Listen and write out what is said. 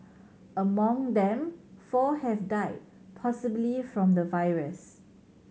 among them four have died possibly from the virus